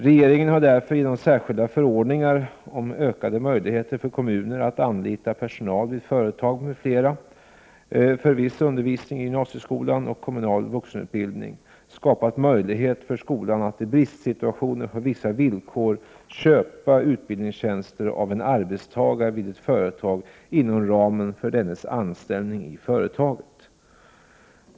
Regeringen har därför genom särskilda förordningar om ökade möjligheter för kommuner att anlita personal vid företag m.fl. för viss undervisning i gymnasieskolan och kommunal vuxenutbildning skapat möjlighet för skolan att i bristsituationer på vissa villkor ”köpa utbildningstjänster” av en arbetstagare vid ett företag inom ramen för dennes anställning i företaget.